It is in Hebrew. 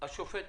השופט